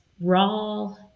raw